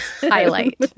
highlight